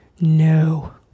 No